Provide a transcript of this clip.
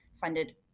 funded